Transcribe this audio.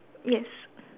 yes